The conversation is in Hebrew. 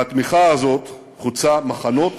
והתמיכה הזאת חוצה מחנות,